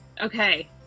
Okay